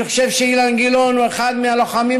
אני חושב שאילן גילאון הוא אחד מהלוחמים